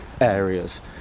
areas